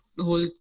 whole